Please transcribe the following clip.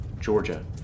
Georgia